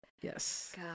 Yes